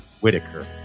Whitaker